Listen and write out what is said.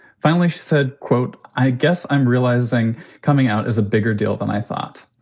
finally, she said, quote, i guess i'm realizing coming out is a bigger deal than i thought.